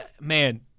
Man